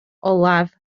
olaf